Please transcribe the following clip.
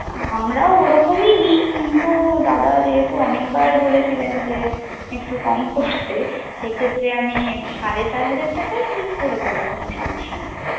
আমরাও ওরকমই নিই কিন্তু দাদা যেহেতু অনেকবার বলেছিলেন যে একটু কম করতে সেক্ষেত্রে আমি সাড়ে চার হাজার টাকায় আমি করে দোবো কোনো সমস্যা নেই